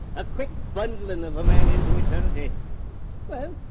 a quick bundling of a man into eternity well,